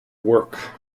work